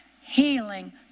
healing